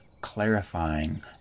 clarifying